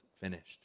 finished